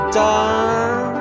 done